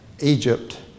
Egypt